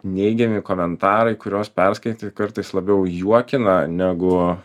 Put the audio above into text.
neigiami komentarai kuriuos perskaitai kartais labiau juokina negu